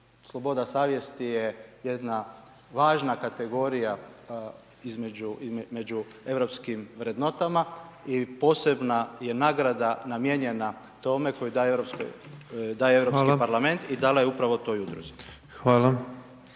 sloboda savjesti je jedna važna kategorija među europskim vrednotama i posebna je nagrada namijenjena tome koji daje Europski parlament…/Upadica: Hvala/…i dala je upravo toj udruzi.